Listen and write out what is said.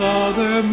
Father